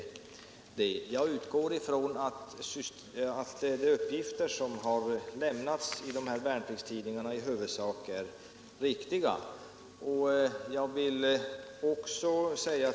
Om tidpunkten för Jag utgår från att de uppgifter som lämnats i värnpliktstidningarna i huvudsak är riktiga.